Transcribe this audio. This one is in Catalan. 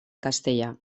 castellà